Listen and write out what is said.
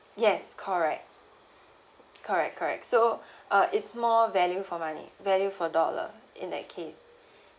yes correct correct correct so uh it's more value for money value for dollar in that case